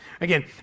Again